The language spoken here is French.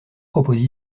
propose